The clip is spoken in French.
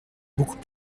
beaucoup